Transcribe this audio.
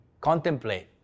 contemplate